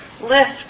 lift